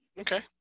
Okay